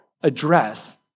address